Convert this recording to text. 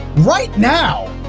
right now!